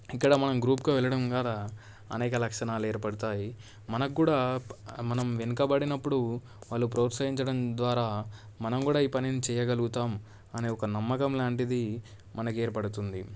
ఇక్కడ మనం గ్రూప్కు వెళ్ళడం ద్వారా అనేక లక్షణాలు ఏర్పడతాయి మనకు కూడా మనం వెనుకబడినప్పుడు వాళ్ళు ప్రోత్సహించడం ద్వారా మనం కూడా ఈ పనిని చేయగలుగుతాం అనే ఒక నమ్మకం లాంటిది మనకు ఏర్పడుతుంది